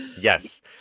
Yes